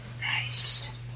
Nice